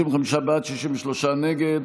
55 בעד, 63 נגד.